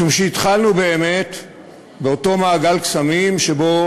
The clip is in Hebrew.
משום שהתחלנו באמת באותו מעגל קסמים שבו